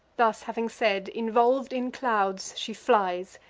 thus having said, involv'd in clouds, she flies,